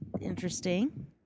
interesting